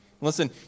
Listen